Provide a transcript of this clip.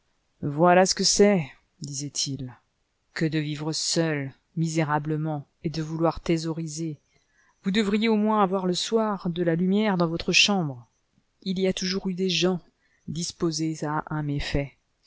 yoilà ce que c'est disaient-ils que de vivre seul misérablement et de vouloir thésauriser vous diriez au moins avoir le soir de la lumière dans votre chambre il y a toujours eu des gens disposés à un méfait